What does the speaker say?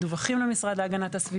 מדווחים למשרד להגנת הסביבה.